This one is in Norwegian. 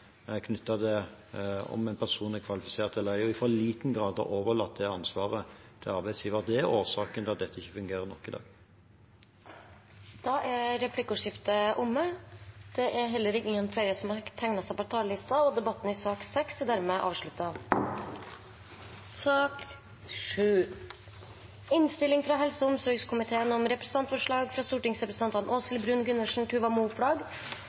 til om en person er kvalifisert eller ei, og i for liten grad har overlatt det ansvaret til arbeidsgiver – at det er årsaken til at dette ikke fungerer godt nok i dag?. Replikkordskiftet er omme. Flere har heller ikke bedt om ordet til sak nr. 6. Etter ønske fra helse- og omsorgskomiteen vil presidenten ordne debatten slik: 5 minutter til saksordfører, 3 minutter til hver av de øvrige partigruppene og